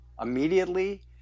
immediately